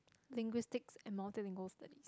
linguistics and multilingual study